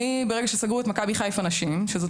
הייתי